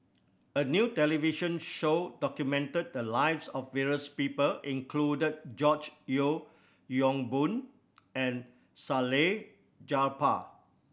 a new television show documented the lives of various people include George Yeo Yong Boon and Salleh Japar